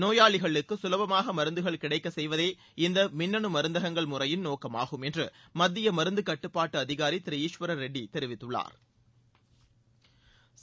நோயாளிகளுக்கு சுலபமாக மருந்துகள் கிடைக்க செய்வதே இந்த மின்னனு மருந்தகங்கள் முறையின் நோக்கமாகும் என்று மத்திய மருந்துக்கட்டுப்பாட்டு அதிகாரி திரு ஈஸ்வர ரெட்டி தெரிவித்துள்ளாா்